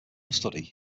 study